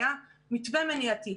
היה מתווה מניעתי.